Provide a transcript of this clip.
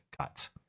cuts